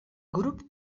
grup